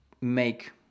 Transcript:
make